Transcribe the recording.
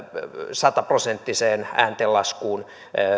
sataprosenttiseen ääntenlaskuun